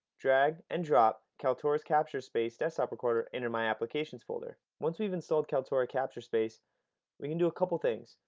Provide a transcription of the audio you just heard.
drag, and drop, kaltura's capturespace desktop recorder into my applications folder. once we've installed kaltura's capturespace we can do a couple of things.